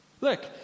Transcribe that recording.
Look